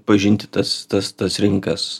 pažinti tas tas tas rinkas